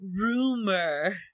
rumor